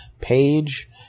page